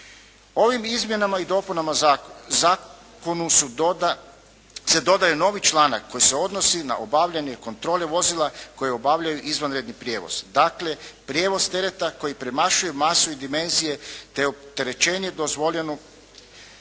Ovim izmjenama i dopunama zakonu se dodaje novi članak koji se odnosi na obavljanje kontrole vozila koja obavljaju izvanredni prijevoz. Dakle prijevoz tereta koji premašuje masu i dimenzije te opterećenje dozvoljenog,